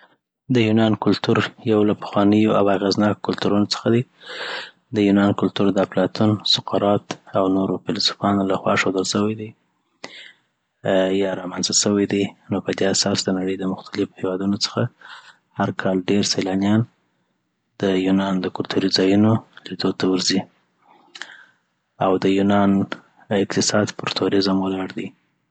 د یونان کلتور یو له پخوانیو او اغیزناکه کلتورونو څخه دي د یونان کلتور د افلاطون سقراط او نورو فیلسوفانو لخوا ښودل سوی دي یا را منځ ته سوي دی نو پدي اساس د نړې د مختلفو هیوادونو څخه هر کال ډیر سیلانیان د یونان دکلتوری ځایونو لیدو ته ورځی او د یونان اقتصاد پر توریزم ولاړ دي